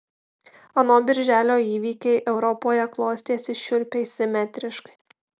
ano birželio įvykiai europoje klostėsi šiurpiai simetriškai